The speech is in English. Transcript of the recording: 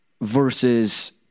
versus